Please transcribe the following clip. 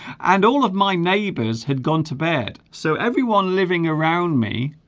and all of my neighbours had gone to bed so everyone living around me